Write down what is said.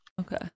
Okay